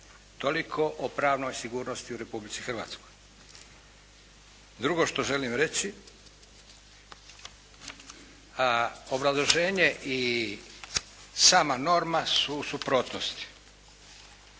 Toliko o pravnoj sigurnosti u Republici Hrvatskoj. Drugo što želim reći. Obrazloženje i sama norma su u suprotnosti.